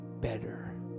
better